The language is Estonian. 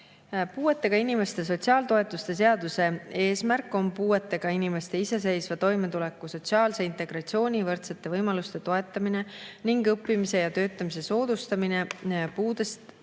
Puuetega inimeste sotsiaaltoetuste seaduse eesmärk on puuetega inimeste iseseisva toimetuleku, sotsiaalse integratsiooni ja võrdsete võimaluste toetamine ning õppimise ja töötamise soodustamine puudest